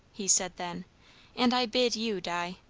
he said then and i bid you, di.